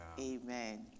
Amen